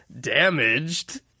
damaged